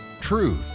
Truth